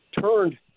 turned